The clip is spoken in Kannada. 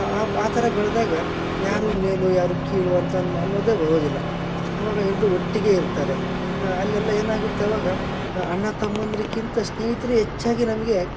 ಆ ತರ ಬೆಳ್ದಾಗ ಯಾರು ಮೇಲು ಯಾರು ಕೀಳು ಅಂತ ಅನ್ನೋದೆ ಬರೋದಿಲ್ಲ ಅವಾಗ ಎಲ್ಲರು ಒಟ್ಟಿಗೆ ಇರ್ತಾರೆ ಅಲ್ಲೆಲ್ಲಾ ಏನಾಗುತ್ತೆ ಅವಾಗ ಅಣ್ಣ ತಮ್ಮಂದಿರ್ಗಿಂತ ಸ್ನೇಹಿತರೆ ಹೆಚ್ಚಾಗಿ ನಮಗೆ